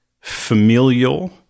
familial